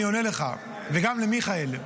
אני עונה לך וגם למיכאל.